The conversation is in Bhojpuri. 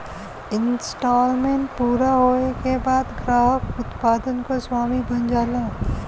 इन्सटॉलमेंट पूरा होये के बाद ग्राहक उत्पाद क स्वामी बन जाला